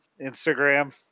Instagram